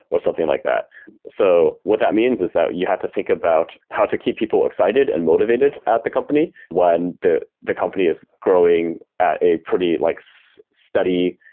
or something like that so what that means is that you have to think about how to keep people excited and motivated at the company, when the the company is growing at a pretty like so steady,